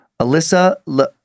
Alyssa